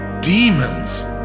Demons